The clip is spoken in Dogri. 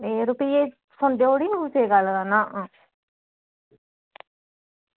नेईं यरो भी सुनदे थोह्ड़े न कुसै दी गल्ल तां